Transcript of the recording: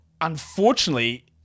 Unfortunately